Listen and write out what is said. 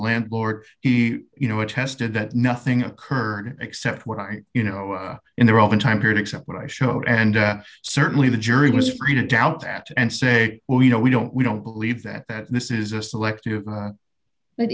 landlord he you know attested that nothing occurred except what are you know in there all the time period except what i showed and certainly the jury was free to doubt that and say well you know we don't we don't believe that that this is a